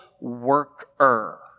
worker